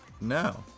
No